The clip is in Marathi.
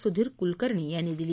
सुधीर क्लकर्णी यांनी दिली